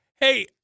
Hey